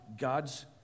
God's